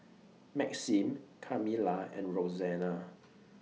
Maxim Kamilah and Roxanna